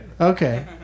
Okay